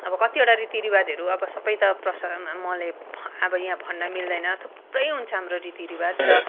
अब कतिवटा रीतिरिवाजहरू अब सबै त प्रसारन मैले अब यहाँ भन्न मिल्दैन थुप्रै हुन्छ हाम्रो रीतिरिवाज र